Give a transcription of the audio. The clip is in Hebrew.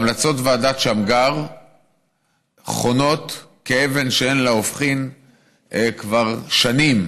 המלצות ועדת שמגר חונות כאבן שאין לה הופכין כבר שנים